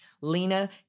Lena